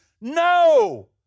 No